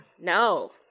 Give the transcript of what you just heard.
No